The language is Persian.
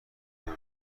ببره